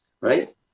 right